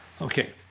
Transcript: Okay